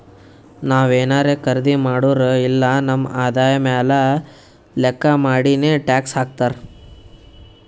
ನಾವ್ ಏನಾರೇ ಖರ್ದಿ ಮಾಡುರ್ ಇಲ್ಲ ನಮ್ ಆದಾಯ ಮ್ಯಾಲ ಲೆಕ್ಕಾ ಮಾಡಿನೆ ಟ್ಯಾಕ್ಸ್ ಹಾಕ್ತಾರ್